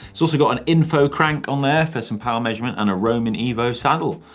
it's also got an info crank on there for some power measurement and a romin evo saddle.